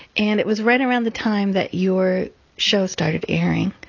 and it was right around the time that your show started airing.